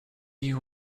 you